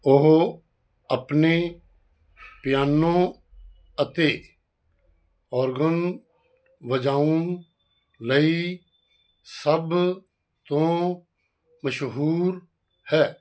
ਉਹ ਆਪਣੇ ਪਿਆਨੋ ਅਤੇ ਓਰਗਨ ਵਜਾਉਣ ਲਈ ਸਭ ਤੋਂ ਮਸ਼ਹੂਰ ਹੈ